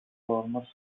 former